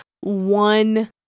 one